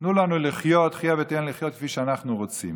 תנו לנו לחיות, חיה ותן לחיות כפי שאנחנו רוצים.